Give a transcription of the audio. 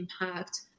impact